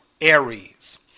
Aries